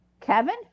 Kevin